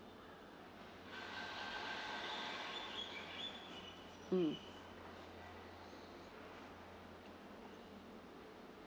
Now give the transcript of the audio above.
mm